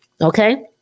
Okay